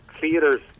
theaters